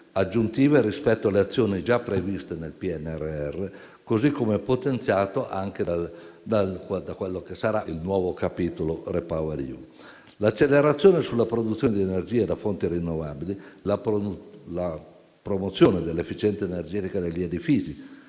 aggiuntivi rispetto alle azioni già previste nel PNRR, così come potenziato anche da quello che sarà il nuovo capitolo REPowerEU. L'accelerazione sulla produzione di energia da fonti rinnovabili, la promozione dell'efficienza energetica degli edifici,